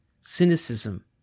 cynicism